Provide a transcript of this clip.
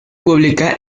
pública